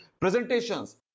presentations